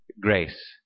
grace